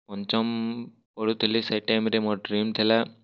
ପଞ୍ଚମ ପଢ଼ୁଥିଲି ସେ ଟାଇମ୍ରେ ମୋ ଡ଼୍ରିମ୍ ଥିଲା